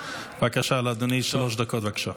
בבקשה, לאדוני שלוש דקות, בבקשה.